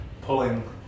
pulling